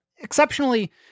exceptionally